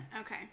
Okay